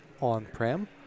on-prem